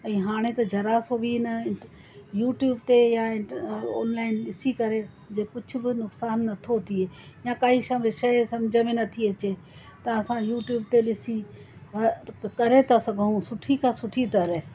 ऐं हाणे त ज़रा सां बि इन यूट्यूब ते या इंटरनेट ऑनलाइन ॾिसी करे जे कुझ बि नुक़सान नथो थिए या काई असां विषय सम्झ में नथा अचे त असां यूट्यूब ते ॾिसी ह करे था सघूं सुठी का सुठी तरह